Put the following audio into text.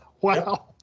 Wow